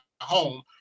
home